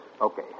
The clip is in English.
Okay